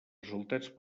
resultats